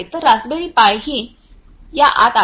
तर raspberry pi ही या आत आहे